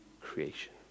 creation